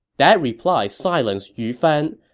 that reply silenced yu fan,